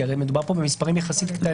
כי הרי מדובר פה במספרים יחסית קטנים.